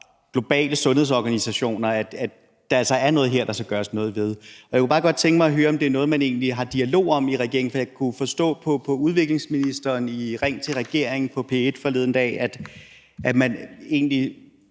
globale sundhedsorganisationer, at der altså er noget her, som der skal gøres noget ved. Og jeg kunne bare godt tænke mig at høre, om det egentlig er noget, man har en dialog om i regeringen. For jeg kunne forstå på udviklingsministeren i programmet »Ring til regeringen« på P1 forleden dag, at man egentlig